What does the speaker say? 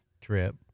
trip